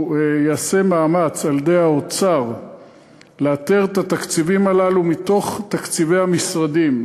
ייעשה מאמץ על-ידי האוצר לאתר את התקציבים הללו מתוך תקציבי המשרדים.